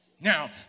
Now